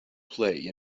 play